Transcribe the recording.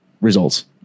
results